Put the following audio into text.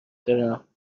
دارم